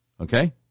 Okay